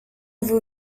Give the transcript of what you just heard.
vous